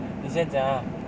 你先讲 ah